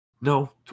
No